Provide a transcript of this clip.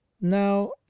now